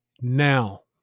now